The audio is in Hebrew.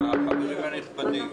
החברים הנכבדים,